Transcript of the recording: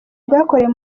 bwakorewe